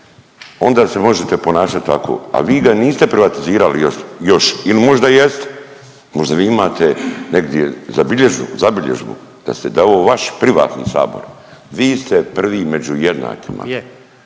onda se možete ponašati tako, a vi ga niste privatizirali još. Ili možda jeste? Možda vi imate negdje zabilježbu da je ovo vaš privatni Sabor. Vi ste prvi među jednakima.